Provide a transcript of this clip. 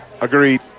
Agreed